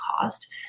cost